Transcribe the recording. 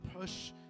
push